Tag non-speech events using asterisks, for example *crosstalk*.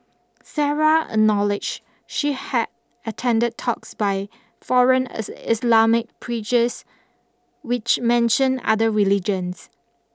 Sarah acknowledged she had attended talks by foreign *unintelligible* Islamic preachers which mentioned other religions